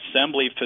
assembly